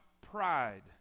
pride